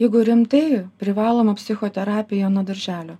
jeigu rimtai privaloma psichoterapija nuo darželio